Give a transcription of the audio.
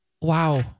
Wow